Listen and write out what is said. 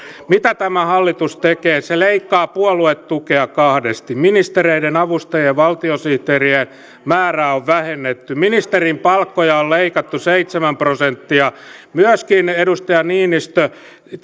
mitä tämä hallitus tekee se leikkaa puoluetukea kahdesti ministereiden avustajien ja valtiosihteerien määrää on vähennetty ministerien palkkoja on leikattu seitsemän prosenttia myöskin edustaja niinistö